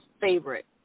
favorite